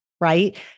right